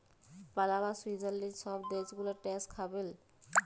Panama, Switzerland ছব দ্যাশ গুলা ট্যাক্স হ্যাভেল